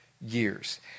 years